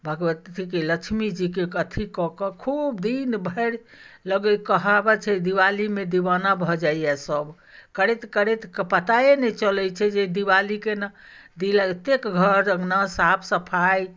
भगवतीके लक्ष्मी जीके अथी कऽ कऽ खूब दिन भरि लगैत कहावत छै दिवालीमे दीवाना भऽ जाइए सभ करैत करैत पताए नहि चलैत छै जे दिवाली केना दिया एतेक घर अङ्गना साफ सफाइ